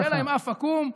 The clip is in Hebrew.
שיהיה להם אף עקום.